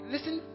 Listen